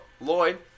Lloyd